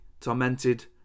tormented